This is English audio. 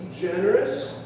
generous